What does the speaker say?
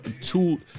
two